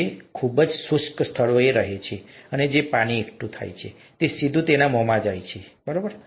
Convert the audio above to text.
તે ખૂબ જ શુષ્ક સ્થળોએ રહે છે અને જે પાણી એકઠું થાય છે તે સીધું તેના મોંમાં જાય છે વગેરે